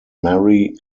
mary